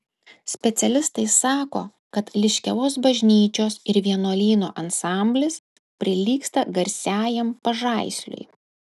specialistai sako kad liškiavos bažnyčios ir vienuolyno ansamblis prilygsta garsiajam pažaisliui